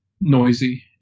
noisy